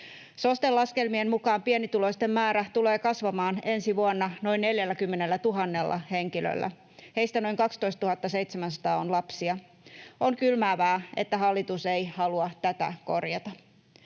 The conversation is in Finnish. SOSTEn laskelmien mukaan pienituloisten määrä tulee kasvamaan ensi vuonna noin 40 000 henkilöllä. Heistä noin 12 700 on lapsia. On kylmäävää, että hallitus ei halua tätä korjata.